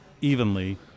evenly